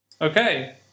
Okay